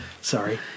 Sorry